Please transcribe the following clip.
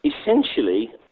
Essentially